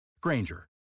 Granger